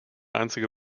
einzige